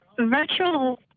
virtual